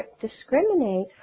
discriminate